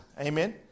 Amen